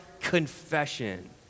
confession